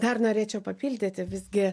dar norėčiau papildyti visgi